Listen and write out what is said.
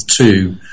two